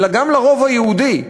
אלא גם לרוב היהודי,